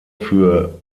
für